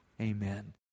Amen